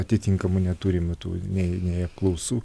atitinkamai neturime tų nei nei apklausų